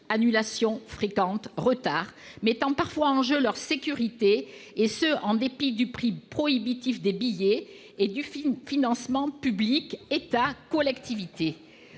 annulations fréquentes, retards mettant parfois en jeu leur sécurité -, et ce en dépit du prix prohibitif des billets et du financement public État-collectivités.